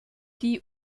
die